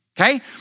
okay